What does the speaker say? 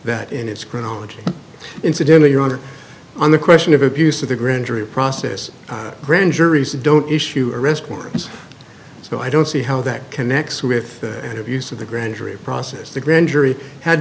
that in its chronology incidentally your honor on the question of abuse of the grand jury process grand juries don't issue arrest warrants so i don't see how that connects with an abuse of the grand jury process the grand jury had